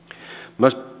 myös